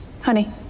Honey